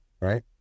right